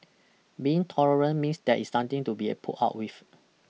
being tolerant means there is something to be put up with